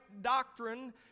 doctrine